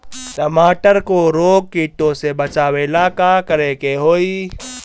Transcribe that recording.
टमाटर को रोग कीटो से बचावेला का करेके होई?